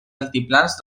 altiplans